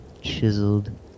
chiseled